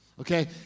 Okay